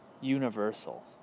universal